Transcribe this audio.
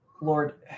Lord